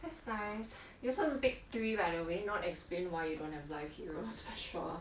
that's nice you're supposed to pick three by the way not explain why you don't have life heroes for sure